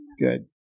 Good